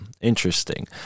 interesting